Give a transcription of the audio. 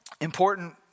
important